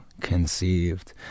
conceived